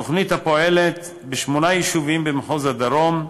תוכנית הפועלת בשמונה יישובים במחוז הדרום,